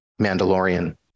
Mandalorian